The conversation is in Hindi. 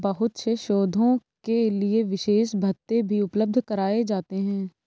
बहुत से शोधों के लिये विशेष भत्ते भी उपलब्ध कराये जाते हैं